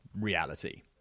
reality